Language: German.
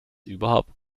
überhaupt